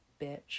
bitch